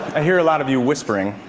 i hear a lot of you whispering.